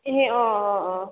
ए अँ अँ अँ